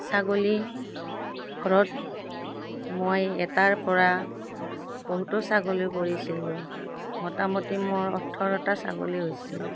ছাগলী ঘৰত মই এটাৰ পৰা বহুতো ছাগলী কৰিছিলোঁ মোটামুটি মোৰ ওঠৰটা ছাগলী হৈছিল